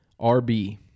RB